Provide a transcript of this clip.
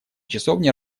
часовни